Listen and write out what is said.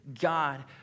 God